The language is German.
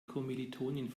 kommilitonin